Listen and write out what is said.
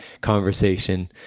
conversation